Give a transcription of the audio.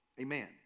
Amen